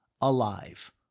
alive